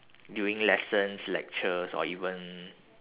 during lessons lectures or even